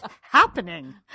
happening